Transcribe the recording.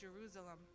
Jerusalem